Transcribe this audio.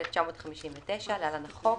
התשי"ט-1959 (להלן החוק),